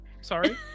sorry